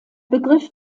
begriff